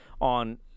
on